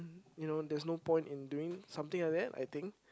you know there's no point in doing something like that I think